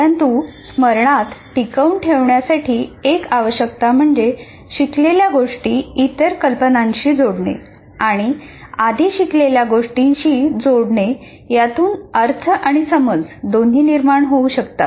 परंतु स्मरणात टिकवून ठेवण्यासाठी एक आवश्यकता म्हणजे शिकलेल्या गोष्टी इतर कल्पनांशी जोडणे आणि आधी शिकलेल्या गोष्टींशी जोडणे यातुन अर्थ आणि समज दोन्ही निर्माण होऊ शकतात